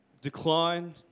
decline